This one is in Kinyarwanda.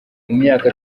myaka